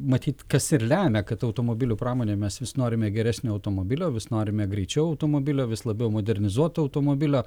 matyt kas ir lemia kad automobilių pramonė mes vis norime geresnio automobilio vis norime greičiau automobilio vis labiau modernizuoto automobilio